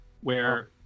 where-